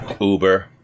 Uber